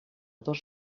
dos